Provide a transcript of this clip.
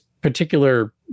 particular